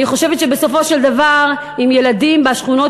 אני חושבת שבסופו של דבר אם ילדים בשכונות